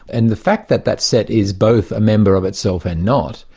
and the fact that that set is both a member of itself and not,